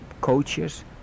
coaches